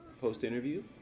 post-interview